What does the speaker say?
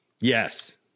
yes